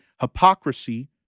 hypocrisy